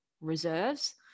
reserves